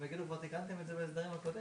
לכן ביקשתי שאדון ביטון יבוא עם נתונים כמובן,